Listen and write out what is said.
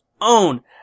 own